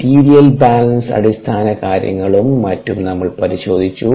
material balance അടിസ്ഥാനകാര്യങ്ങളും മറ്റും നമ്മൾ പരിശോധിച്ചു